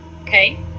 okay